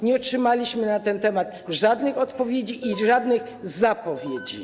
Nie otrzymaliśmy na ten temat żadnych odpowiedzi i żadnych zapowiedzi.